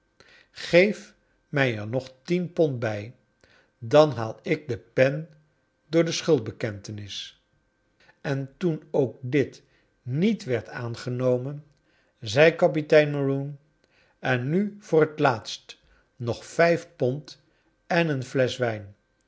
geef mij er nog tien pond bij dan haal ik de pen door de schuldbekentenis en toen ook dit niet werd aangenomen zei kapitein maroon en nu voor het laatst nog vijf pond en een flesch wijn